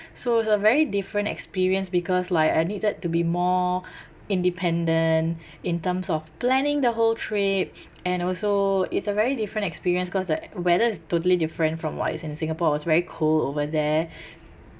so it's a very different experience because like I needed to be more independent in terms of planning the whole trip and also it's a very different experience cause the weather is totally different from what's in singapore it was very cold over there